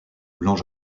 blanc